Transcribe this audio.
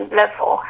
level